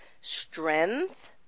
Strength